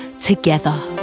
Together